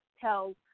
tell